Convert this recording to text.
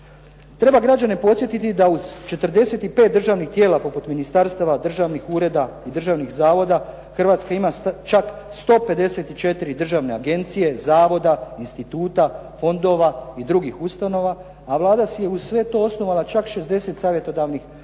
Treba građane podsjetiti da uz 45 državnih tijela poput ministarstava, državnih ureda i državnih zavoda Hrvatska ima čak 154 državne agencije, zavoda, instituta, fondova i drugih ustanova a Vlada si je uz sve to osnovala čak 60 savjetodavnih